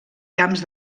camps